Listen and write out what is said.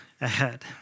ahead